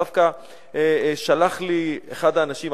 דווקא שלח לי אחד האנשים,